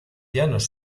llanos